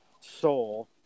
soul